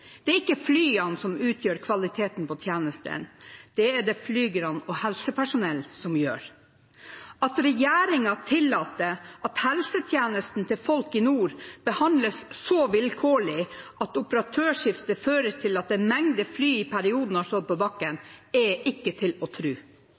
Det er ikke flyene som utgjør kvaliteten på tjenesten, det er det flygerne og helsepersonellet som gjør. At regjeringen tillater at helsetjenesten til folk i nord behandles så vilkårlig at operatørskifte fører til at en mengde fly i perioden har stått på bakken,